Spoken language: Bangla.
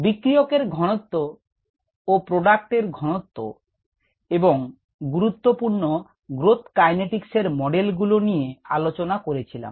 বিক্রিয়কের ঘনত্ব ও প্রোডাক্ট এর ঘনত্ব এবং গুরুত্বপূর্ণ গ্রোথ কাইনেটিকসের মডেল গুলো নিয়ে আলোচনা করেছিলাম